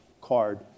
card